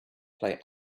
play